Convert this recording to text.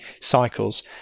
cycles